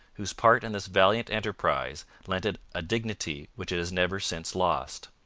whose part in this valiant enterprise lent it a dignity which it has never since lost.